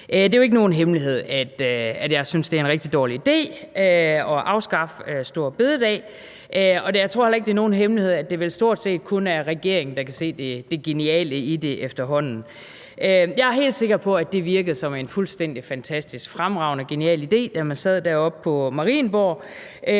Det er jo ikke nogen hemmelighed, at jeg synes, det er en rigtig dårlig idé at afskaffe store bededag. Jeg tror heller ikke, det er nogen hemmelighed, at det vel stort set kun er regeringen, der kan se det geniale i det efterhånden. Jeg er helt sikker på, at det virkede som en fuldstændig fantastisk, fremragende og genial idé, da man sad deroppe på Marienborg,